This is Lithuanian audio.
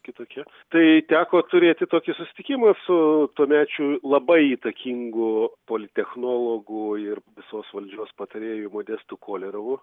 kitokia tai teko turėti tokį susitikimą su tuomečiu labai įtakingu polittechnologu ir visos valdžios patarėju modestu kolerovu